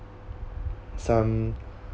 some